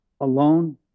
alone